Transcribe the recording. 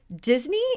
Disney